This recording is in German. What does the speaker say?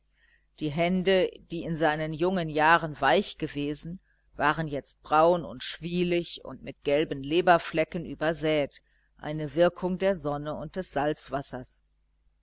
die hände die in seinen jungen jahren weich gewesen waren jetzt braun und schwielig und mit gelben leberflecken übersät eine wirkung der sonne und des salzwassers